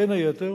בין היתר